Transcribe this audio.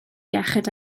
iechyd